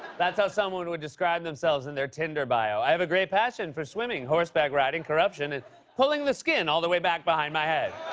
that's how someone would describe themselves in their tinder bio. i have a great passion for swimming, horseback riding, corruption, and pulling the skin all the way back behind my head.